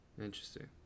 Interesting